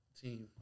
team